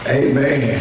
amen